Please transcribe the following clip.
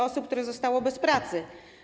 Osób, które zostały bez pracy.